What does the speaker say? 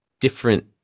different